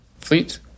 fleet